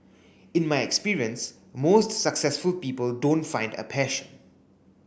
in my experience most successful people don't find a passion